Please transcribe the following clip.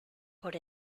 por